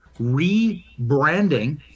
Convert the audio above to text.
rebranding